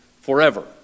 forever